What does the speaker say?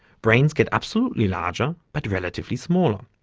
brains get absolutely larger but relatively smaller.